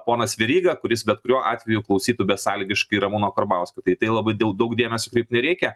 ponas veryga kuris bet kuriuo atveju klausytų besąlygiškai ramūno karbauskio tai tai labai daug dėmesio kreipt nereikia